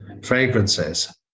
fragrances